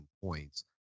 points